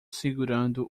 segurando